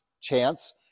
chance